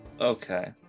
Okay